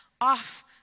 off